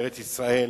לארץ-ישראל,